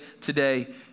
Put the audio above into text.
today